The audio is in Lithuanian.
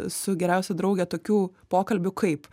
su geriausia drauge tokių pokalbių kaip